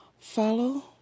follow